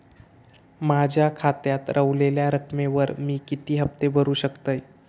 माझ्या खात्यात रव्हलेल्या रकमेवर मी किती हफ्ते भरू शकतय?